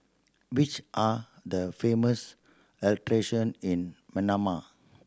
which are the famous attraction in Manama